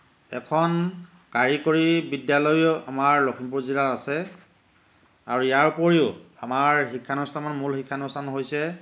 এখন কাৰিকৰী বিদ্যালয়ো আমাৰ লখিমপুৰ জিলাত আছে আৰু ইয়াৰ উপৰিও আমাৰ শিক্ষানুষ্ঠানৰ মূল শিক্ষানুষ্ঠান হৈছে